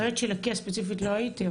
האמת שלקייה ספציפית לא הייתי,